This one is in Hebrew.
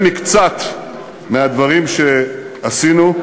אלה מקצת הדברים שעשינו.